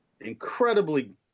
incredibly